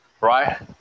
Right